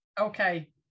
okay